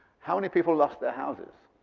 how many people lost their houses?